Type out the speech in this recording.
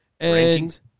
rankings